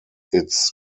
its